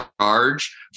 charge